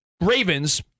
Ravens